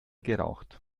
geraucht